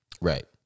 Right